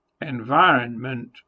environment